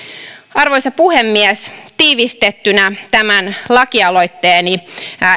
arvoisa puhemies tiivistettynä tämän lakialoitteeni